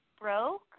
broke